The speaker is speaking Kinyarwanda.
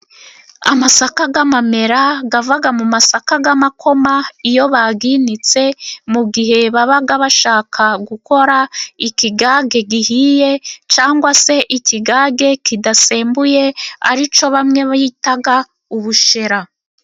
Amasakaga amamera gavaga mu masakaga amakoma, iyo baginitse mu gihe babaga bashaka gukora ikigage gihiye, cangwa se ikigage kidasembuye arico bamwe bitaga ubushera.